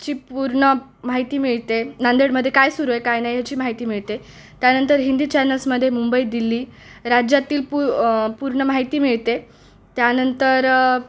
ची पूर्ण माहिती मिळते नांदेडमध्ये काय सुरू आहे काय नाही याची माहिती मिळते त्यानंतर हिंदी चॅनल्समध्ये मुंबई दिल्ली राज्यातील पू पूर्ण माहिती मिळते त्यानंतर